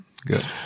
good